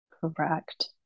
Correct